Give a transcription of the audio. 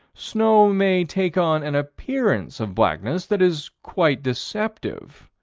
snow may take on an appearance of blackness that is quite deceptive.